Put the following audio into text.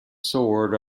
sword